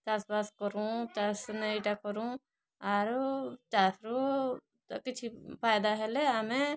ଚାଷ୍ ବାଷ୍ କରୁଁ ଚାଷନେଁ ଇଟା କରୁଁ ଆରୁ ଚାଷ୍ ରୁ ତ କିଛି ଫାଇଦା ହେଲେ ଆମେ